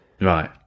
Right